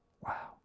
Wow